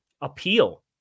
appeal